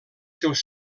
seus